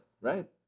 right